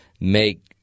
make